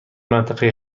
منطقه